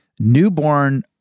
Newborn